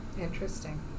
Interesting